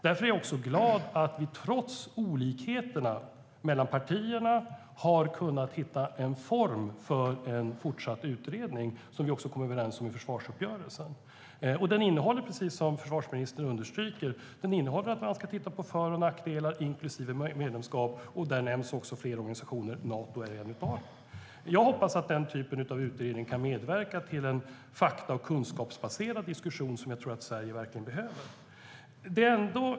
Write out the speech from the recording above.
Därför är jag glad över att vi, trots olikheterna mellan partierna, har kunnat hitta en form för en fortsatt utredning, som vi kom överens om i försvarsuppgörelsen. Den innehåller, som försvarsministern understryker, att man ska titta på för och nackdelar inklusive medlemskap. Där nämns också flera organisationer. Och Nato är en av dem. Jag hoppas att den typen av utredning kan medverka till en fakta och kunskapsbaserad diskussion, vilket jag tror att Sverige verkligen behöver. Fru talman!